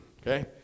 okay